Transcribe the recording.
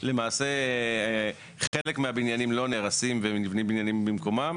ונבנים בניינים במקומם